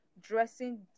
dressing